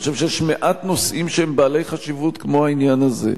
אני חושב שיש מעט נושאים שהם בעלי חשיבות כמו העניין הזה.